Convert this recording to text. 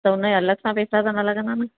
त हुनजा अलगि सां पैसा न लगंदा न